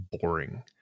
boring